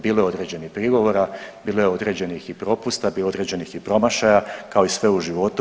Bilo je određenih prigovora, bilo je određenih i propusta, bilo je određenih i promašaja, kao i sve u životu.